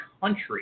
country